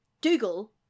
Dougal